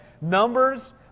Numbers